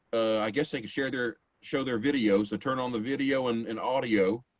i guess they can share their, show their videos or turn on the video and and audio.